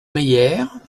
meyère